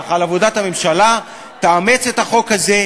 על עבודת הממשלה תאמץ את החוק הזה,